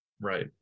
Right